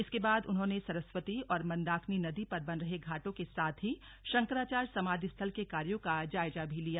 इसके बाद उन्होंने सरस्वती और मंदाकिनी नदी पर बन रहे घाटों के साथ ही शंकराचार्य समाधि स्थल के कार्यों का जायजा भी लिया